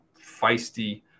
feisty